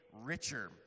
richer